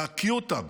להקיא אותן